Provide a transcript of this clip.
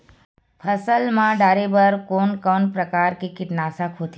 फसल मा डारेबर कोन कौन प्रकार के कीटनाशक होथे?